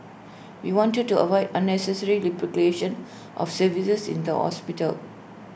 we wanted to avoid unnecessary replication of services in the hospital